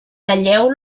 talleu